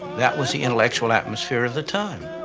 that was the intellectual atmosphere of the time.